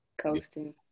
coasting